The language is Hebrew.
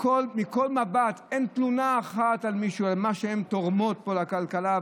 מכל מבט אין תלונה אחת על מה שהן תורמות לכלכלה,